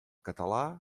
català